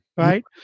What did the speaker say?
Right